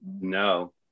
no